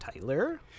tyler